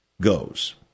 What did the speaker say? goes